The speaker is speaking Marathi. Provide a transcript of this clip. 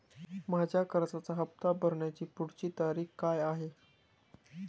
माझ्या कर्जाचा हफ्ता भरण्याची पुढची तारीख काय आहे?